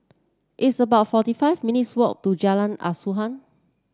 it's about forty five minutes walk to Jalan Asuhan